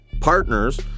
partners